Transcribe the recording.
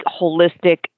holistic